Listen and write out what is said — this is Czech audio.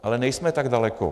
Ale nejsme tak daleko.